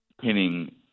pinning